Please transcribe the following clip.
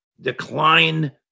decline